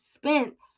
Spence